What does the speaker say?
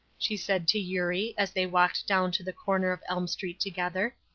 she said to eurie, as they walked down to the corner of elm street together.